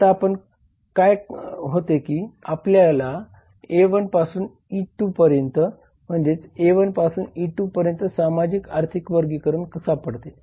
आता काय होते की आपल्याला A1 पासून E2 पर्यंत म्हणजेच A1 पासून E2 पर्यंत सामाजिक आर्थिक वर्गीकरण सापडते